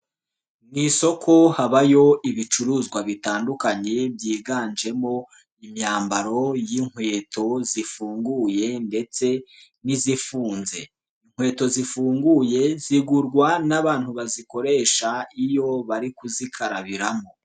Mu isoko habayo ibicuruzwa bitandukanye, byiganjemo imyambaro y'inkweto zifunguye ndetse n'izifunze. Inkweto zifunguye zigurwa n'abantu bazikoresha iyo bari kuzikarabiramo.